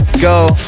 Go